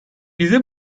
bize